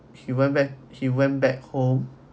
he went back he went back home